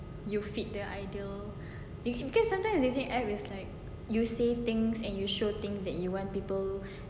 you fit the ideal in because sometimes it's like act it's like you say things and you show things that you want people